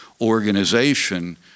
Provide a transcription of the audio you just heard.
organization